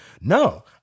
no